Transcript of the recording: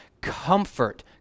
Comfort